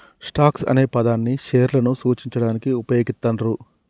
stocks అనే పదాన్ని షేర్లను సూచించడానికి వుపయోగిత్తండ్రు